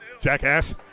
Jackass